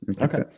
Okay